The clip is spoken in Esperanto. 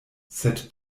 sed